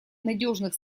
надежных